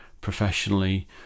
professionally